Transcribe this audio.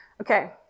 Okay